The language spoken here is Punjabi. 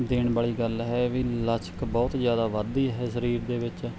ਦੇਣ ਵਾਲੀ ਗੱਲ ਹੈ ਵੀ ਲਚਕ ਬਹੁਤ ਜ਼ਿਆਦਾ ਵੱਧਦੀ ਹੈ ਸਰੀਰ ਦੇ ਵਿੱਚ